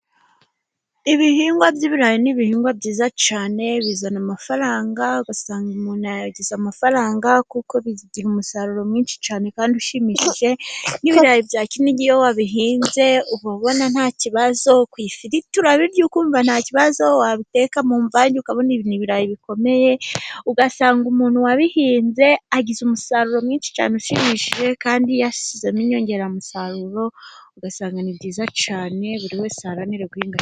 Ibihingwa by'ibirayi n'ibihingwa byiza cyane, bizana amafaranga, ugasanga umuntu yagize amafaranga, kuko bigira umusaruro mwinshi cyane kandi ushimishije, n'ibirayi bya kinigi iyo wabihinze uba ubona nta kibazo ku ifiriti urabirya ukumva nta kibazo wabiteka mu mvange ukabona n'ibirayi bikomeye ugasanga umuntu wabihinze agize umusaruro mwinshi cyane ushimishije, kandi yashyizemo inyongeramusaruro, ugasanga ni byiza cyane, buri wese aharanire...